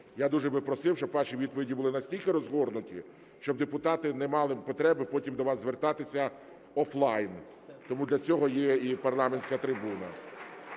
Я дуже би просив, щоб ваші відповіді були настільки розгорнуті, щоб депутати не мали потреби потім до вас звертатися офлайн, тому для цього і є парламентська трибуна.